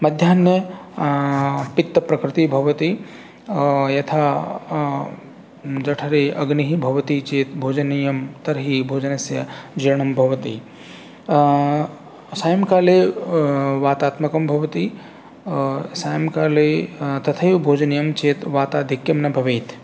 मध्याह्ने पित्त प्रकृतिः भवति यथा जठरे अग्निः भवति चेत् भोजनीयम् तर्हि भोजनस्य जीर्णं भवति सायङ्काले वातात्मकं भवति सायङ्काले तथैव भोजनीयं चेत् वाताधिक्यं न भवेत्